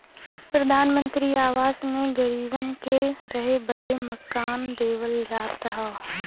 प्रधानमंत्री आवास योजना मे गरीबन के रहे बदे मकान देवल जात हौ